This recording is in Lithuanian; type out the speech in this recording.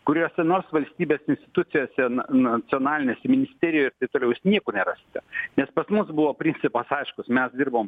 kuriuose nors valstybės institucijose na nacionalinėse misterijose taip toliau jūs niekur nerasite nes pas mus buvo principas aiškus mes dirbom